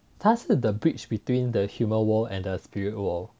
他是 the bridge between the human world and the spirit world